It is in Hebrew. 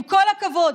עם כל הכבוד,